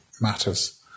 matters